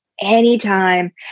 Anytime